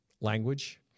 language